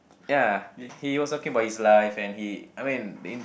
ya he was talking about his life and he I mean in